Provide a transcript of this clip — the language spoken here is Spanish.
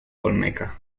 olmeca